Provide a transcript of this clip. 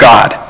God